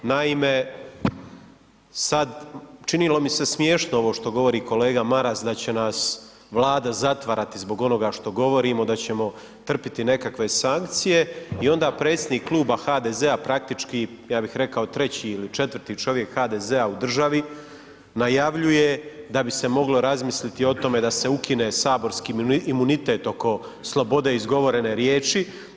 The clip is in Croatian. Naime, sad činilo mi se smješno ovo što govor kolega Maras da će nas Vlada zatvarati zbog onoga što govorimo, da ćemo trpjeti nekakve sankcije i onda predsjednik kluba HDZ-a praktički, ja bih rekao 3. ili 4. čovjek HDZ-a u državi najavljuje da bi se moglo razmisliti o tome da se ukine saborski imunitet oko slobode izgovorene riječi.